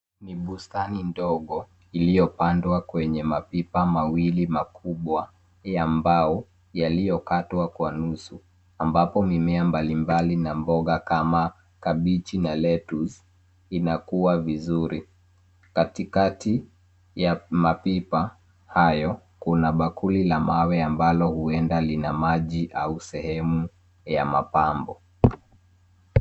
Ni bustani ndogo iliyopandwa kwenye mapipa mawili makubwa ya mbao yaliyokatwa kwa nusu ambapo mimea mbalimbali na mboga kama kabichi na lettuce inakuwa vizuri. Katikati ya mapipa hayo kuna bakuli la mawe ambalo huenda lina maji au sehemu ya mapambo.